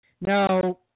Now